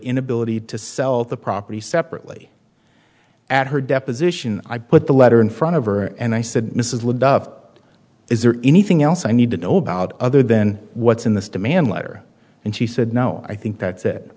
inability to sell the property separately at her deposition i put the letter in front of her and i said mrs le duff is there anything else i need to know about other than what's in this demand letter and she said no i think that's it